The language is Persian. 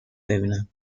ببینم